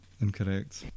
Incorrect